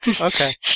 Okay